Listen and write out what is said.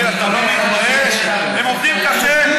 הם עובדים קשה,